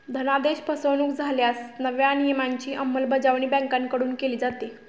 धनादेश फसवणुक झाल्यास नव्या नियमांची अंमलबजावणी बँकांकडून केली जाते